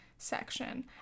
Section